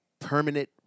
permanent